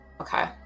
Okay